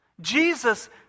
Jesus